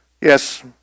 Yes